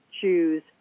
choose